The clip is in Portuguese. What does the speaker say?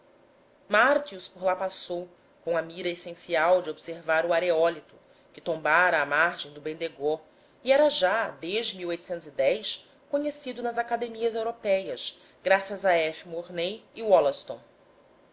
por lá passou com a mira essencial de observar o aerólito que tombara à margem do bendegó e era já desde conhecido nas academias européias graças a f